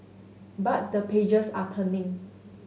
but the pages are turning